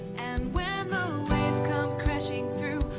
and when the waves come crashing through,